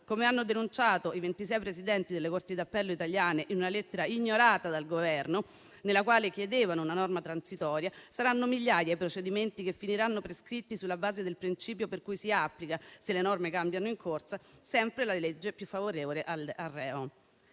come hanno denunciato i 26 presidenti delle corti d'appello italiane in una lettera ignorata dal Governo, nella quale chiedevano una norma transitoria - è che saranno migliaia i procedimenti che finiranno prescritti sulla base del principio per cui si applica, se le norme cambiano in corso, sempre la legge più favorevole al reo.